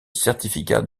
certificats